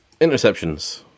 Interceptions